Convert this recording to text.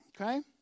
Okay